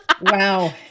wow